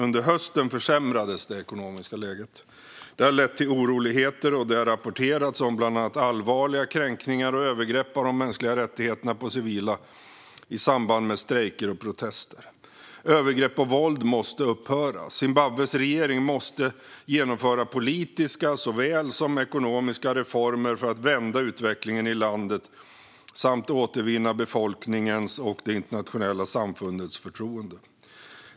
Under hösten försämrades det ekonomiska läget. Det har lett till oroligheter, och det har rapporterats om bland annat allvarliga kränkningar och övergrepp av de mänskliga rättigheterna på civila i samband med strejker och protester. Övergrepp och våld måste upphöra. Zimbabwes regering måste genomföra politiska såväl som ekonomiska reformer för att vända utvecklingen i landet samt återvinna befolkningens och det internationella samfundets förtroende.